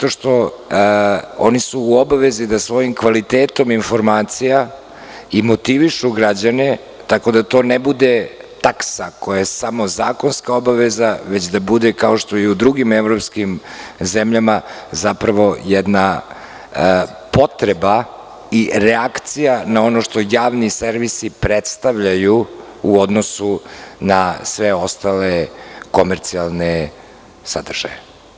Oni u obavezi da svojim kvalitetom informacija i motivišu građane, tako da to ne bude taksa koja je samo zakonska obaveza, već da bude kao što je i u drugim evropskim zemljama, zapravo jedna potreba i reakcija na ono što javni servisi predstavljaju u odnosu na sve ostale komercijalne sadržaje.